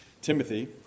Timothy